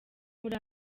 muri